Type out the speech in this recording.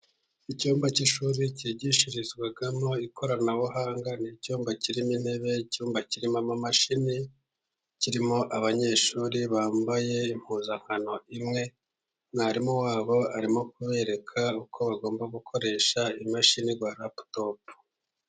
Icyumba cy'ishuri cyigishirizwamo ikoranabuhanga, ni icyumba kirimo intebe, icyumba kirimo imashini, kirimo abanyeshuri bambaye impuzankano imwe. Mwarimu wabo arimo kubereka uko bagomba gukoresha imashini za raputopu.